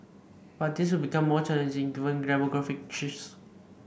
but this will become more challenging given demographic shifts